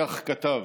וכך כתב: